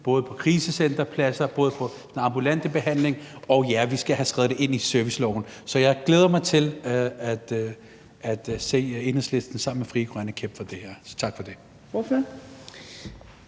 både på krisecenterpladser og på ambulant behandling, og ja, vi skal have skrevet det ind i serviceloven. Så jeg glæder mig til at se Enhedslisten sammen med Frie Grønne kæmpe for det her. Tak for det.